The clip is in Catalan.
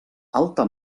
alta